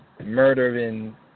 murdering